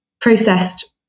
processed